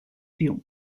più